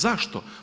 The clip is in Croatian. Zašto?